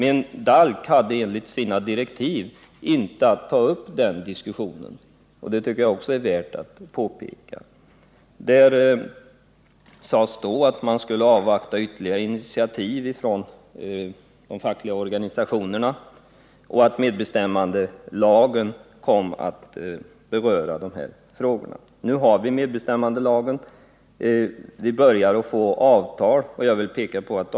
Enligt direktiv hade DALK inte att ta upp den diskussionen, och det tycker jag är värt att påpeka. Det sades att man skulle avvakta ytterligare initiativ från de fackliga organisationerna och att medbestämmandelagen skulle beröra dessa frågor. Men nu har vi medbestämmandelagen, och vi börjar få till stånd avtal.